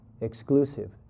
exclusive